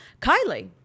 Kylie